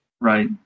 Right